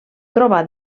trobar